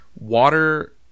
Water